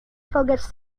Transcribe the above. focus